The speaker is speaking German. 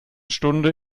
stunde